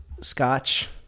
Scotch